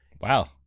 Wow